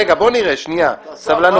רגע, בואו נראה, סבלנות.